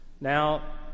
Now